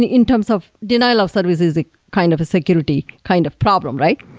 and in terms of denial of services ah kind of security, kind of problem, right?